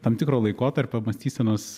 tam tikro laikotarpio mąstysenos